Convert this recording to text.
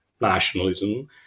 nationalism